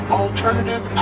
alternative